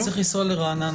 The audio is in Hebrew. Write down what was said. אני עובר להתאמות טכניות.